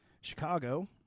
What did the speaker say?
Chicago